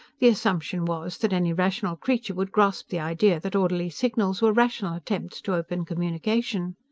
the assumption was that any rational creature would grasp the idea that orderly signals were rational attempts to open communication.